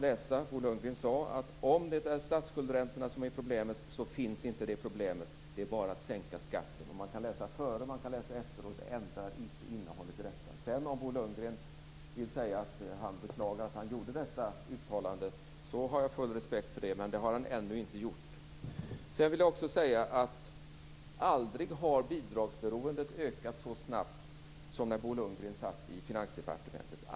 Bo Lundgren sade: Om det är statsskuldräntorna som är problemet så finns inte det problemet. Det är bara att sänka skatten. Man kan läsa före och man kan läsa efter. Det ändrar inte innehållet i detta. Om sedan Bo Lundgren vill säga att han beklagar att han gjorde detta uttalande så har jag full respekt för det. Men det har han ännu inte gjort. Sedan vill jag säga att aldrig har bidragsberoendet ökat så snabbt som när Bo Lundgren satt i Finansdepartementet.